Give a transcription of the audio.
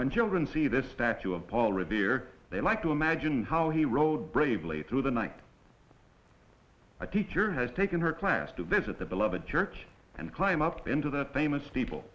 when children see this statue of paul revere they like to imagine how he rode bravely through the night a teacher has taken her class to visit the beloved church and climb up into that famous steeple